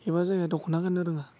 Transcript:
एबा जायहा दख'ना गाननो रोङा